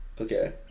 Okay